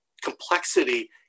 complexity